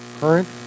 current